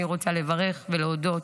אני רוצה לברך ולהודות,